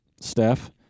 Steph